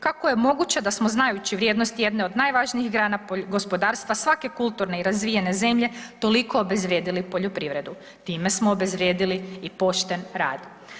Kako je moguće da smo znajući vrijednost jedne od najvažnijih grana gospodarstva svake kulturne i razvijene zemlje toliko obezvrijedili poljoprivredu, time smo obezvrijedili i pošten rad.